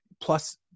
Plus